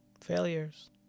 failures